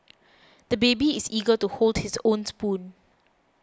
the baby is eager to hold his own spoon